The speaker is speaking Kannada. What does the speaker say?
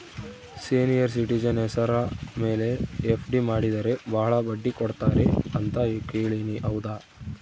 ಸೇನಿಯರ್ ಸಿಟಿಜನ್ ಹೆಸರ ಮೇಲೆ ಎಫ್.ಡಿ ಮಾಡಿದರೆ ಬಹಳ ಬಡ್ಡಿ ಕೊಡ್ತಾರೆ ಅಂತಾ ಕೇಳಿನಿ ಹೌದಾ?